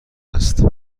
است